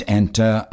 enter